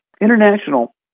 International